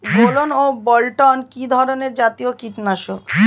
গোলন ও বলটন কি ধরনে জাতীয় কীটনাশক?